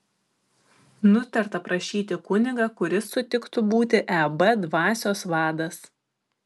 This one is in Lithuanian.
nutarta prašyti kunigą kuris sutiktų būti eb dvasios vadas